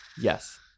Yes